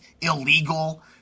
illegal